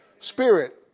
Spirit